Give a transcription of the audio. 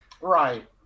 Right